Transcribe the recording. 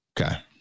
Okay